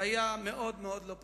היה מאוד מאוד לא פשוט.